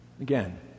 Again